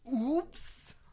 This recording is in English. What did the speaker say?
Oops